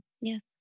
Yes